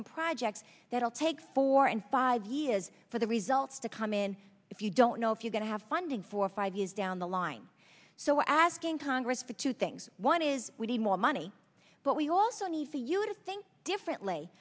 and projects that will take four and five years for the results to come in if you don't know if you're going to have funding for five years down the line so we're asking congress for two things one is we need more money but we also need the you to think differently